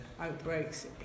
outbreaks